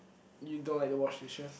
you don't like to wash dishes